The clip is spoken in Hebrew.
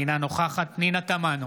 אינה נוכחת פנינה תמנו,